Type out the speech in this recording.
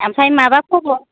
ओमफ्राय माबा खबर